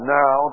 now